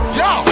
yo